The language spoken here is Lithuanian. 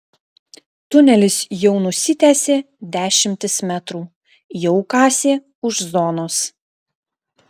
tunelis jau nusitęsė dešimtis metrų jau kasė už zonos